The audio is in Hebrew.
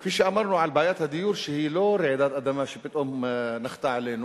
כפי שאמרנו על בעיית הדיור שהיא לא רעידת אדמה שפתאום נחתה עלינו,